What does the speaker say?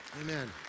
Amen